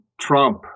Trump